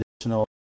additional